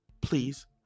please